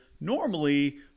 normally